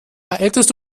hättest